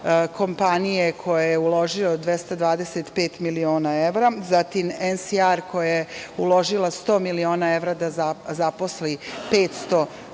kompanije, gde je uložio 225 miliona evra. Zatim NSR koja je uložila 100 miliona evra da zaposli 500 novih